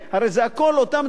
הרי זה הכול אותם דברים,